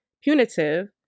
punitive